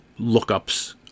lookups